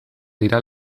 dira